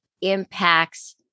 impacts